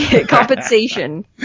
Compensation